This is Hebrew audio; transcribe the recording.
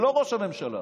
לא ראש הממשלה